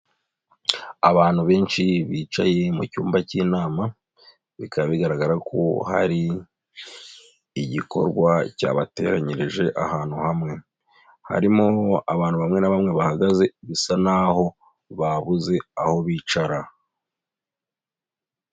Abantu benshi bicaye mu cyumba cy'inama, bikaba bigaragara ko hari igikorwa cyabateranyirije ahantu hamwe, harimo abantu bamwe na bamwe bahagaze bisa naho babuze aho bicara.